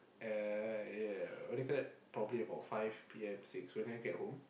uh what do you call that probably about five P_M six when I get home